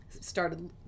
started